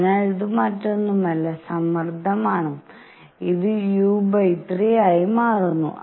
അതിനാൽ ഇത് മറ്റൊന്നുമല്ല സമ്മർദ്ദമാണ് ഇത് u3 ആയി മാറുന്നു